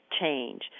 change